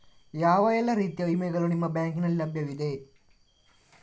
ಯಾವ ಎಲ್ಲ ರೀತಿಯ ವಿಮೆಗಳು ನಿಮ್ಮ ಬ್ಯಾಂಕಿನಲ್ಲಿ ಲಭ್ಯವಿದೆ?